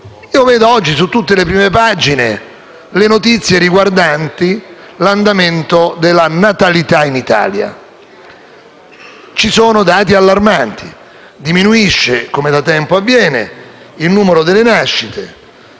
dei giornali leggo oggi notizie riguardanti l'andamento della natalità in Italia. Ci sono dati allarmanti; diminuisce, come da tempo avviene, il numero delle nascite,